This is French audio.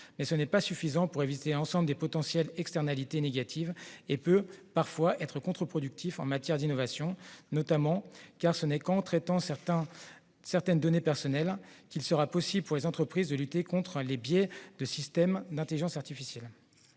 mais il n'est pas suffisant pour éviter l'ensemble des potentielles externalités négatives et peut, parfois, se révéler contre-productif en matière d'innovation, notamment parce que ce n'est qu'en traitant certaines données personnelles que les entreprises pourront lutter contre les biais de certains systèmes d'intelligence artificielle.